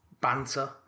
banter